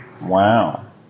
Wow